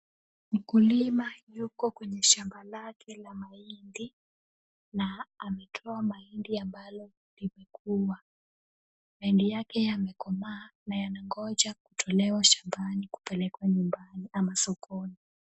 Mkulima yuko kwenye shamba lake la mahindi na ametoa mahindi ambalo limekua na mahindi yake yamekomaa na yanangoja kutolewa shambani kupelekwa nyumbani ama sokoni.